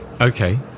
Okay